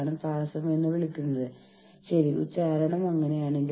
നിങ്ങൾ സ്ലൈഡുകളിൽ ഇവിടെ എഴുതിയിരിക്കുന്നതെല്ലാം വായിക്കാൻ ശ്രമിക്കേണ്ടതില്ല